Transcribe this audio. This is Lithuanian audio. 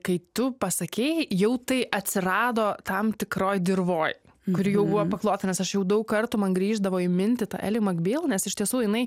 kai tu pasakei jau tai atsirado tam tikroj dirvoj kuri jau buvo paklota nes aš jau daug kartų man grįždavo į mintį ta eli makbyl nes iš tiesų jinai